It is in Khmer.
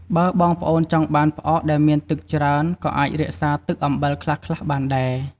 បើបងប្អូនចង់បានផ្អកដែលមានទឹកច្រើន ក៏អាចរក្សាទឹកអំបិលខ្លះៗបានដែរ។